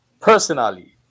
personally